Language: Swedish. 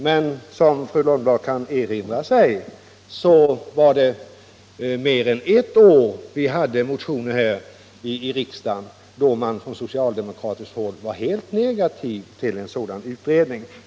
Men som fru Lundblad kan erinra sig var det mer än ett år vi hade motioner om föräldrautbildning här i riksdagen, då man från socialdemokratiskt håll var helt negativ till en sådan utredning.